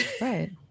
Right